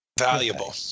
Valuable